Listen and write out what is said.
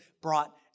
brought